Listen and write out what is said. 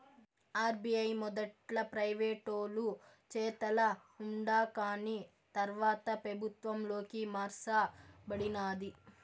RBI మొదట్ల ప్రైవేటోలు చేతల ఉండాకాని తర్వాత పెబుత్వంలోకి మార్స బడినాది